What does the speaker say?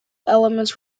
elements